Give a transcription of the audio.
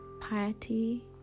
piety